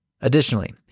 Additionally